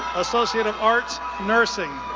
associate of arts, nursing.